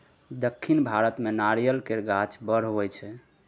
दक्खिन भारत मे नारियल केर गाछ बड़ होई छै